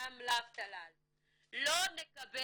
וגם לך טלל, לא נקבל